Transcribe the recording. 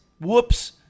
whoops